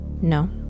No